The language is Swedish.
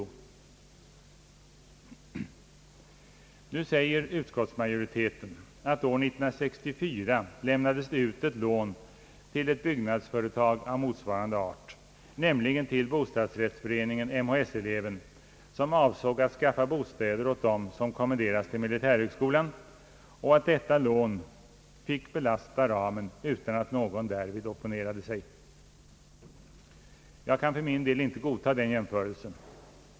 6 Nu säger utskottsmajoriteten att år 1964 lämnades det ut ett lån till ett byggnadsföretag av motsvarande art, nämligen till bostadsrättsföreningen MHS-eleven som avsåg att skaffa bostäder åt dem som kommenderades till militärhögskolan och att detta lån fick belasta ramen utan att någon därvid opponerade sig. Jag kan icke godta den jämförelsen.